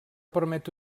permet